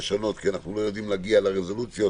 מכיוון שאנחנו לא יודעים להגיע לרזולוציות